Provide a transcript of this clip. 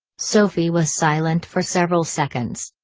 sophie was silent for several seconds.